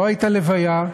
לא הייתה לוויה,